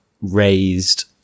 raised